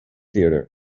theatre